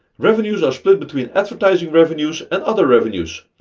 revenues are split between advertising revenues and other revenues.